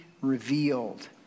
revealed